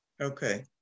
okay